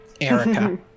Erica